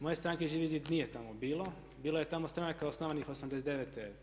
Moje stranke Živi zid nije tamo bilo, bilo je tamo stranaka osnovanih '89.